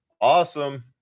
Awesome